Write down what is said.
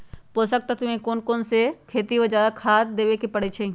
पोषक तत्व क कौन कौन खेती म जादा देवे क परईछी?